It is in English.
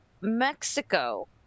mexico